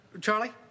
Charlie